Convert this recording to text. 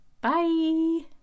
Bye